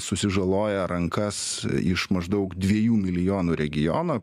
susižaloja rankas iš maždaug dviejų milijonų regiono